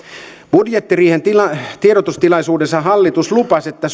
budjettiriihen tiedotustilaisuudessa hallitus lupasi että